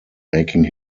making